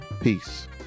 Peace